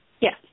Yes